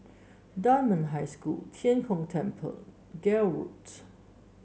Dunman High Hostel Tian Kong Temple Gul Road